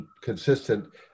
consistent